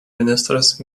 ministras